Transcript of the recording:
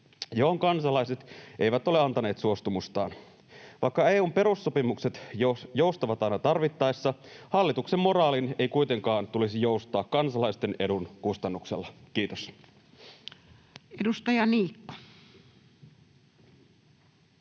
mihin kansalaiset eivät ole antaneet suostumustaan. Vaikka EU:n perussopimukset joustavat aina tarvittaessa, hallituksen moraalin ei kuitenkaan tulisi joustaa kansalaisten edun kustannuksella. — Kiitos. [Speech 228]